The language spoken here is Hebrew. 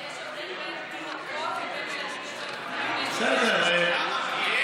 אבל יש הבדל בין תינוקות לבין ילדים, בסדר, למה?